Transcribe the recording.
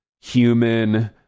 human